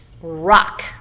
Rock